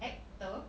actor